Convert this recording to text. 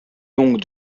longue